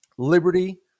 Liberty